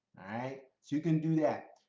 right, so you can do that.